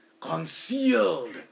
concealed